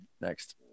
next